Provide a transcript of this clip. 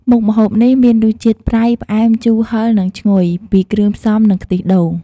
មុខម្ហូបនេះមានរសជាតិ ប្រៃ ផ្អែម ជូរ ហឹរ និងឈ្ងុយ ពីគ្រឿងផ្សំ និងខ្ទិះដូង។